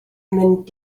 mynd